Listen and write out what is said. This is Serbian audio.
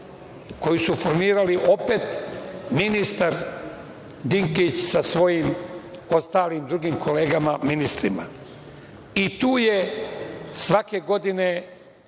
koju su formirali opet ministar Dinkić sa svojim drugim kolegama, ministrima. Tu je svake godine